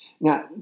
Now